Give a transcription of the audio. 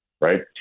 right